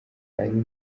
ari